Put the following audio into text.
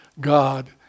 God